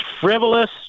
frivolous